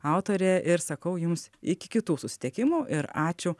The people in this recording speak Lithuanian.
autorė ir sakau jums iki kitų susitikimų ir ačiū